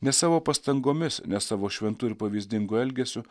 ne savo pastangomis ne savo šventu ir pavyzdingu elgesiu